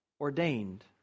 ordained